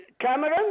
Cameron